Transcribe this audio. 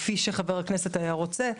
כפי שחבר הכנסת היה רוצה,